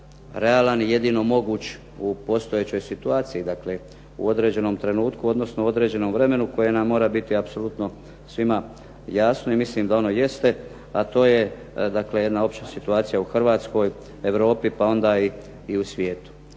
realan i jedino moguć u postojećoj situaciji. Dakle, u određenom trenutku, odnosno određenom vremenu koje nam mora biti apsolutno svima jasno i mislim da ono jeste, a to je dakle jedna opća situacija u Hrvatskoj, Europi pa onda i u svijetu.